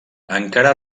encara